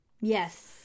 yes